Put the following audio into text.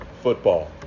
football